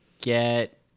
get